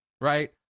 right